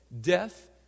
death